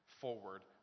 forward